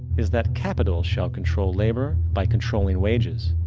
is that capital shall control labor by controlling wages.